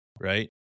right